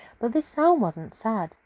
but this sound wasn't sad!